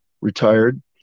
retired